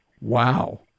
wow